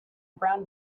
brown